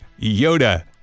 Yoda